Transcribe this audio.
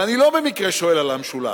ואני לא במקרה שואל על המשולש,